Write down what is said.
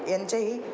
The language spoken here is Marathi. यांच्याही